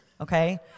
okay